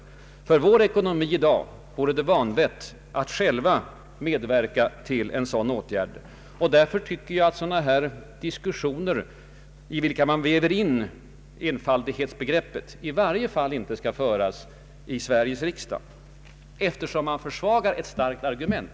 Men för vår ekonomi i dag vore det vanvett om vi själva skulle vidtaga en sådan åtgärd. Därför tycker jag att diskussioner i vilka man väver in enfaldighetsbegreppet i varje fall inte skall föras i Sveriges riksdag, inte minst därför att man försvagar starka argument.